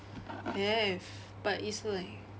have but it's like